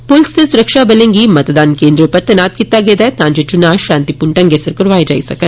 पुलस ते सुरक्षाबलें गी मतदान केन्द्रे पर तैनात कीता गेदा ऐ तां जे चुनाव शांतिपूर्ण ढंगै सिर करोआए जाई सकन